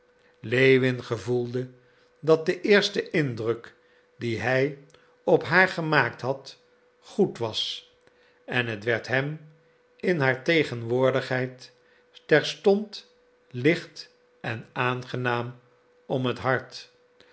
lewin gevoelde dat de eerste indruk dien hij op haar gemaakt had goed was en het werd hem in haar tegenwoordigheid terstond licht en aangenaam om het hart